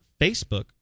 Facebook